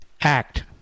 act